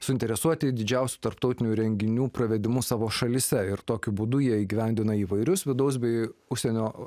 suinteresuoti didžiausių tarptautinių renginių pravedimu savo šalyse ir tokiu būdu jie įgyvendina įvairius vidaus bei užsienio